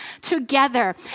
together